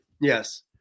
Yes